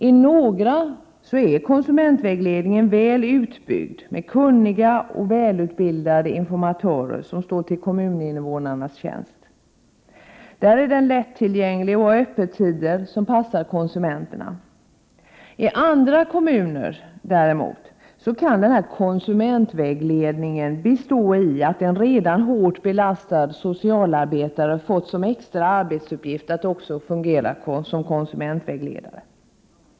I några är konsumentvägledningen väl utbyggd, med kunniga och välutbildade informatörer, som står till kommuninvånarnas tjänst. Där är den lättillgänglig och har öppettider som passar konsumenterna. I andra kommuner kan ”konsumentvägledningen” bestå i att en redan hårt belastad socialsekreterare fått som extra arbetsuppgift att också fungera som konsumentvägledare.